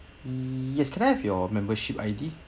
yes can I have your membership I_D